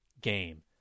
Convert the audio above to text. game